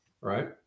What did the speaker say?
Right